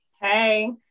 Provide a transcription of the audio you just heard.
Hey